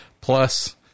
Plus